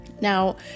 Now